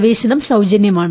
പ്രവേശനം സൌജന്യമാണ്